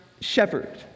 shepherd